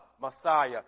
Messiah